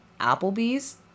applebee's